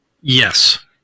Yes